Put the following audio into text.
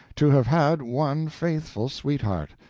to have had one faithful sweetheart.